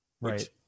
Right